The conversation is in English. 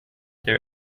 their